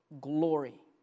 glory